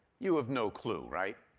you have no clue, right?